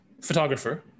Photographer